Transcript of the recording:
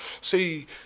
See